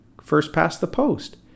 first-past-the-post